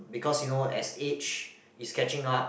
because you know as age is catching up